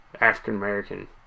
African-American